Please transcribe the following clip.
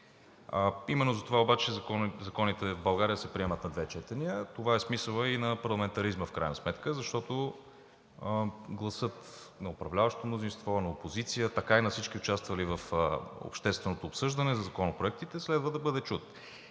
Именно затова обаче законите в България се приемат на две четения. Това е смисълът и на парламентаризма в крайна сметка, защото гласът на управляващото мнозинство, на опозицията, така и на всички участвали в общественото обсъждане, законопроектите следва да бъде чут